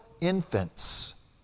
infants